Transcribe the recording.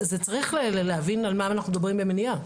צריך להבין על מה אנחנו מדברים במניעה.